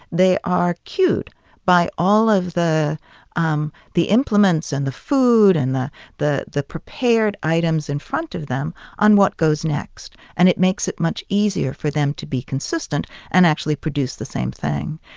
they are cued by all of the um the implements and the food and the the prepared items in front of them on what goes next. and it makes it much easier for them to be consistent and actually produce the same thing.